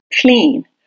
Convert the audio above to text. clean